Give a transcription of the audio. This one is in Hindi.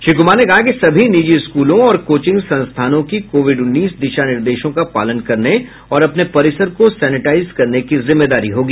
श्री कुमार ने कहा कि सभी निजी स्कूलों और कोचिंग संस्थानों की कोविड उन्नीस दिशा निर्देशों का पालन करने और अपने परिसर को सैनिटाइज करने की जिम्मेदारी होगी